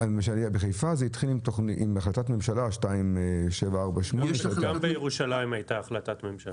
בחיפה זה התחיל עם החלטת ממשלה 2748. גם בירושלים הייתה החלטת ממשלה.